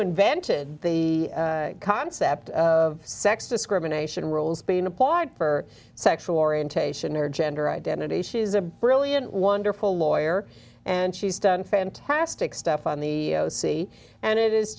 invented the concept of sex discrimination rules being applied for sexual orientation or gender identity she is a brilliant wonderful lawyer and she's done stick stuff on the sea and it is